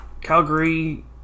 Calgary